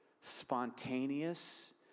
spontaneous